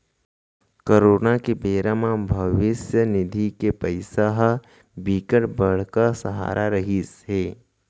corona के बेरा म भविस्य निधि के पइसा ह बिकट बड़का सहारा रहिस हे